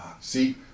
See